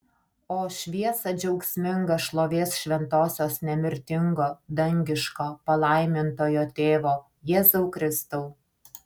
o šviesa džiaugsminga šlovės šventosios nemirtingo dangiško palaimintojo tėvo jėzau kristau